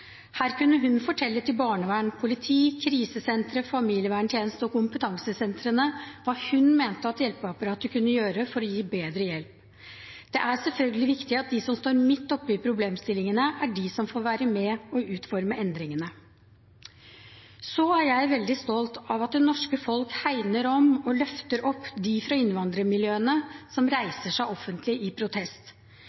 Her kunne hun fortelle til barnevern, politi, krisesentre, familieverntjeneste og kompetansesentre hva hun mente at hjelpeapparatet kunne gjøre for å gi bedre hjelp. Det er selvfølgelig viktig at de som står midt oppi problemstillingene, er de som får være med på å utforme endringene. Så er jeg veldig stolt av at det norske folk hegner om og løfter opp dem fra innvandrermiljøene som